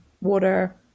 water